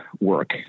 work